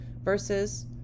versus